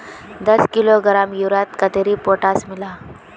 दस किलोग्राम यूरियात कतेरी पोटास मिला हाँ?